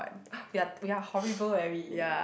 we are we are horrible eh we